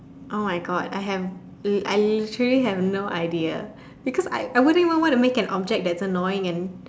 !oh-my-God! I have l~ I literally have no idea because I I wouldn't even want to make an object that's annoying and